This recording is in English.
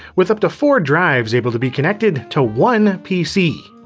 with up to four drives able to be connected to one pc.